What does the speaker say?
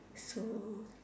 so